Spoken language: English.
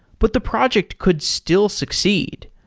but the project could still succeed.